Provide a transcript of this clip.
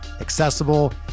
accessible